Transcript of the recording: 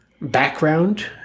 background